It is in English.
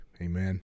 Amen